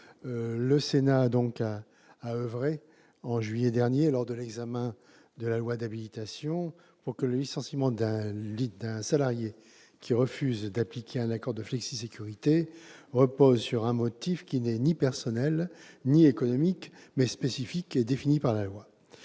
le Sénat a oeuvré en juillet dernier lors de l'examen de la loi d'habilitation pour que le licenciement d'un salarié qui refuse d'appliquer un accord de flexisécurité repose sur un motif qui ne soit ni personnel ni économique, mais spécifique et défini par la loi.